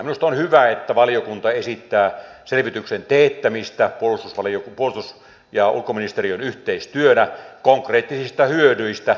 minusta on hyvä että valiokunta esittää selvityksen teettämistä puolustus ja ulkoministeriön yhteistyönä konkreettisista hyödyistä